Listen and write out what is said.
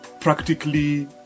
practically